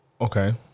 okay